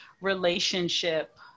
relationship